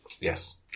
Yes